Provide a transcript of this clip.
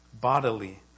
bodily